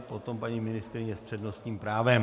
Potom paní ministryně s přednostním právem.